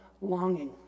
longing